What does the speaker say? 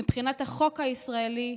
מבחינת החוק הישראלי,